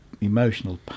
emotional